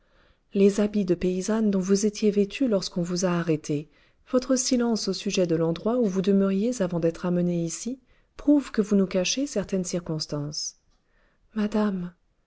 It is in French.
les habits de paysanne dont vous étiez vêtue lorsqu'on vous a arrêtée votre silence au sujet de l'endroit où vous demeuriez avant d'être amenée ici prouvent que vous nous cachez certaines circonstances madame